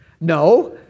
No